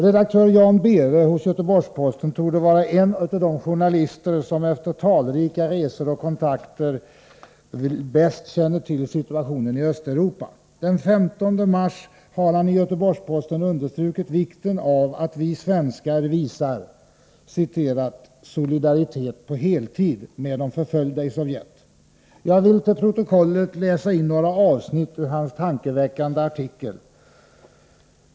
Redaktör Jan Behre hos Göteborgs-Posten torde vara en av de journalister som efter talrika resor och kontakter bäst känner till situationen i Östeuropa. Den 15 mars underströk han i Göteborgs-Posten vikten av att vi svenskar visar ”solidaritet på heltid” med de förföljda i Sovjet. Jag vill till protokollet läsa in några avsnitt ur hans tankeväckande artikel.